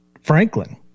franklin